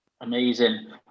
Amazing